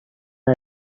های